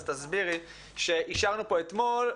אז תסבירי שאישרנו פה אתמול.